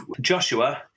Joshua